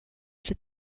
jet